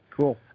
cool